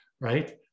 right